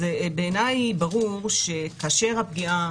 אז בעיני ברור שכאשר הפגיעה,